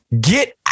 Get